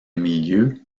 milieux